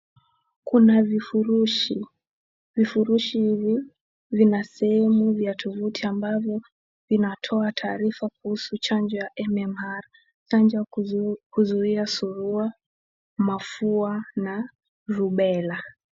Kuna vifurushi, Vifurushi hivi vina sehemu vya tovuti ambavyo vinatoa taarifa kuhusu chanjo ya MMR, Chanjo ya kuzuia surua, Mafua na lubela.